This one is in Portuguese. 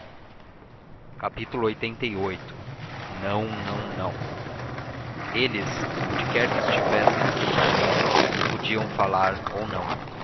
ou paulo lxxxviii não não não eles onde quer que estivessem naquele momento podiam falar ou não